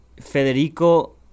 Federico